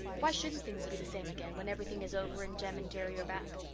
why shouldn't things be the same again when everything is over and jem and jerry are back?